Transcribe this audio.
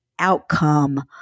outcome